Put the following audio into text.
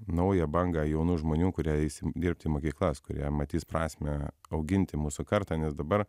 naują bangą jaunų žmonių kurie eis dirbt į mokyklas kurie matys prasmę auginti mūsų kartą nes dabar